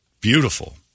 beautiful